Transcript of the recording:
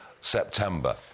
September